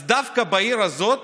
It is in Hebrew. אז דווקא בעיר הזאת